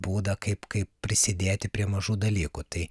būdą kaip kaip prisidėti prie mažų dalykų tai